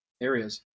areas